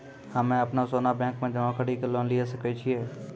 हम्मय अपनो सोना बैंक मे जमा कड़ी के लोन लिये सकय छियै?